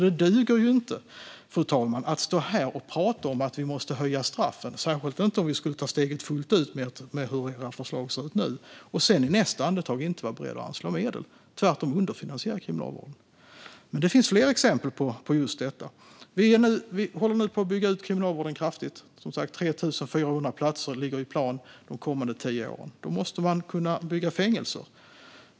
Det duger inte, fru talman, att stå här och prata om att vi måste höja straffen - särskilt inte om vi skulle ta steget fullt ut med era förslag som de ser ut nu - och sedan i nästa andetag inte vara beredd att anslå medel utan tvärtom underfinansiera Kriminalvården. Det finns fler exempel på just detta. Vi håller nu som sagt på att bygga ut Kriminalvården kraftigt: 3 400 platser ligger i planen för de kommande tio åren. Då måste man kunna bygga fängelser.